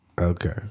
Okay